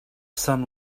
sun